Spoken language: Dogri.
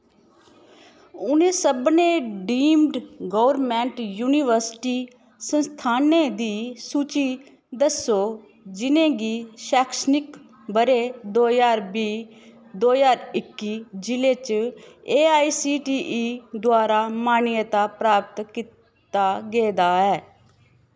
उ'नें सभनें डीम्ड गौरमैंट यूनिवर्सिटी संस्थानें दी सूची दस्सो जि'नें गी शैक्षणिक ब'रे दो ज्हार बीह् दो ज्हार इक्की जि'ले च A I C T E द्वारा मान्यता प्राप्त कीता गेदा ऐ